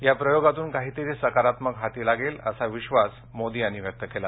या प्रयोगातून काहीतरी सकारात्मक हाती लागेल असा विश्वास मोदी यांनी व्यक्त केला